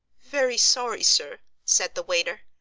very sorry, sir, said the waiter.